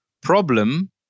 problem